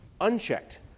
unchecked